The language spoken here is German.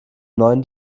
neuen